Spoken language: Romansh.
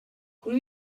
cun